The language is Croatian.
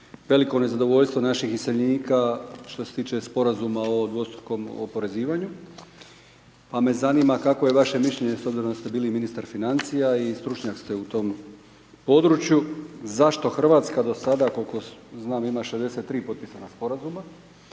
veliko nezadovoljstvo naših iseljenika što se tiče Sporazuma o dvostrukom oporezivanju, pa me zanima kakvo je vaše mišljenje, s obzirom da ste bili ministar financija i stručnjak ste u tom području, zašto Hrvatska do sada, koliko znam ima 63 potpisana sporazuma,